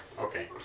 Okay